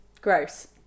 Gross